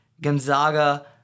Gonzaga